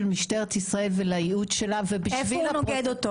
משטרת ישראל ולייעוד שלה --- איפה הוא נוגד את התפיסה?